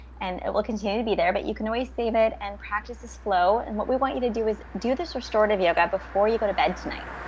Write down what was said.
and it will continue to be there. but you can always save it and practice this flow. and what we want you to do is do this restorative yoga before you go to bed tonight.